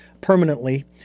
permanently